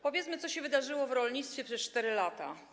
Powiedzmy, co się wydarzyło w rolnictwie przez 4 lata.